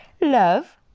Love